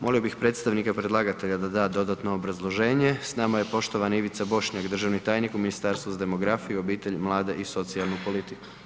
Molio bih predstavnika predlagatelja da da dodatno obrazloženje, s nama je poštovani Ivica Bošnjak, državni tajnik u Ministarstvu za demografiju, obitelj, mlade i socijalnu politiku.